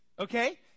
Okay